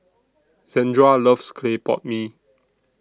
Zandra loves Clay Pot Mee